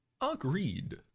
Agreed